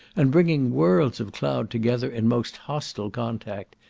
and bringing worlds of clouds together in most hostile contact,